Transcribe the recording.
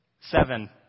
seven